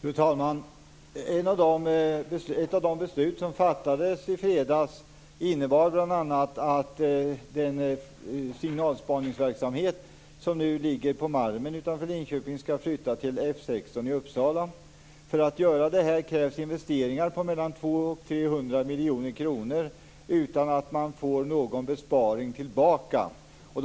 Fru talman! Ett av de beslut som fattades i fredags innebar bl.a. att den signalspaningsverksamhet som nu ligger på Malmen utanför Linköping skall flyttas till F 16 i Uppsala. För det här krävs investeringar på mellan 200 och 300 miljoner kronor utan att man får någon motsvarande besparing.